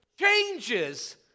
changes